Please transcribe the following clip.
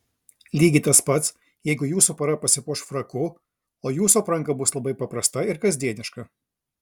lygiai tas pats jeigu jūsų pora pasipuoš fraku o jūsų apranga bus labai paprasta ir kasdieniška